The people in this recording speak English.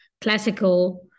classical